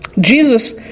Jesus